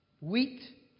Wheat